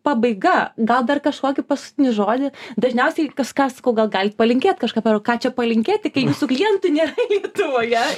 pabaiga gal dar kažkokį pasutinį žodį dažniausiai kas ką aš sakau gal galit palinkėt kažką ką čia palinkėti kai jūsų klientų nėra lietuvoje